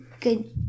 Good